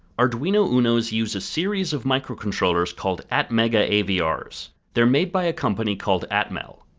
arduino unos use a series of microcontrollers called atmega avrs. they are made by a company called atmel.